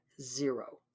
zero